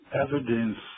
evidence